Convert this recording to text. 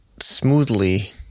smoothly